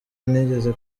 nigize